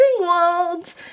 Ringwald